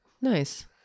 Nice